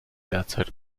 derzeit